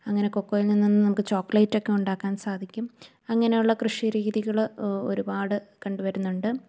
അങ്ങനെ കൊക്കോയിൽ നിന്ന് നമുക്ക് ചോക്ലേറ്റൊക്കെ ഉണ്ടാക്കാൻ സാധിക്കും അങ്ങനെ ഉള്ള കൃഷി രീതികള് ഒരുപാട് കണ്ട് വരുന്നുണ്ട്